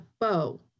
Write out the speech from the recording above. bow